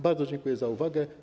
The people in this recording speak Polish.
Bardzo dziękuję za uwagę.